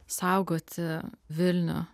saugoti vilnių